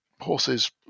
horses